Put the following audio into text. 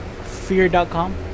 Fear.com